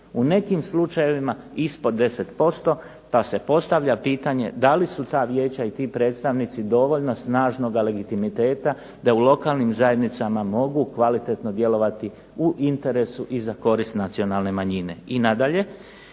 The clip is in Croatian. U nekim slučajevima ispod 10% pa se postavlja pitanje da li su ta vijeća i ti predstavnici dovoljno snažnoga legitimiteta da u lokalnim zajednicama mogu kvalitetno djelovati u interesu i za korist nacionalne manjine.